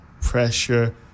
pressure